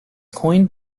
coined